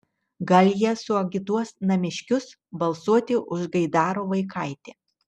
gal jie suagituos namiškius balsuoti už gaidaro vaikaitį